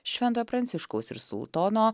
šventojo pranciškaus ir sultono